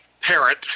parent